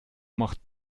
macht